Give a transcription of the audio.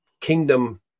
kingdom